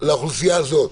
לאוכלוסייה הזאת,